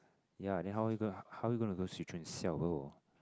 ya then how we gonna how how we gonna go Swee Choon xiao bo